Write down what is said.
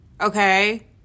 Okay